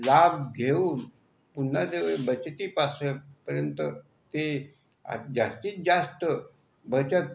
लाभ घेऊन पुन्हा त्या बचतीपासून पर्यंत ते जास्तीत जास्त बचत